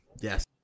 Yes